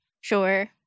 Sure